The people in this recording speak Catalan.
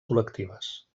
col·lectives